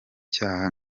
cyaha